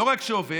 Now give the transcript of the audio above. ולא רק שעובד,